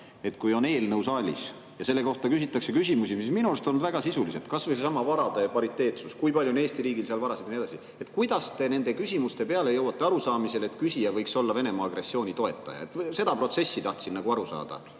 et kui on eelnõu saalis ja selle kohta küsitakse küsimusi, mis minu arust on väga sisulised – kas või seesama varade pariteetsus, kui palju on Eesti riigil seal varasid ja nii edasi –, kuidas te nende küsimuste peale jõuate arusaamisele, et küsija võiks olla Venemaa agressiooni toetaja? Sellest protsessist tahtsin nagu aru saada.